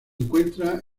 encuentra